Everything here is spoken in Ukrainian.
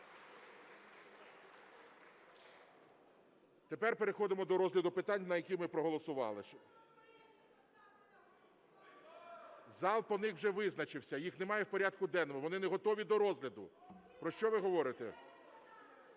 Тепер переходимо до розгляду питань, які ми проголосували. (Шум у залі) Зал по них вже визначився. Їх немає в порядку денному, вони не готові до розгляду. Про що ви говорите?